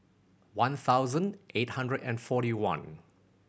one thousand eight hundred and forty one